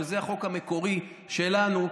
זה החוק המקורי שלנו,